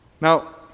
Now